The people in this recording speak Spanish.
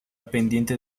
pendiente